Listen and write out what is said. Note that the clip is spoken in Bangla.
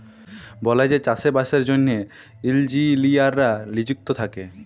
বলেযে চাষে বাসের জ্যনহে ইলজিলিয়াররা লিযুক্ত থ্যাকে